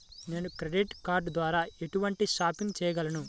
నేను credit card ద్వార ఎటువంటి షాపింగ్ చెయ్యగలను?